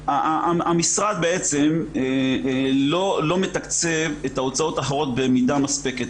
המשרד לא מתקצב את ההוצאות האחרות במידה מספקת.